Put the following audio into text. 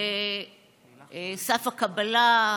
סף הקבלה,